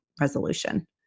resolution